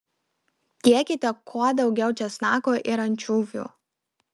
dėkite kuo daugiau česnako ir ančiuvių